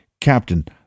Captain